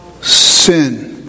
sin